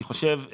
אני חושב,